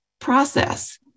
process